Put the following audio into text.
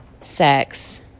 sex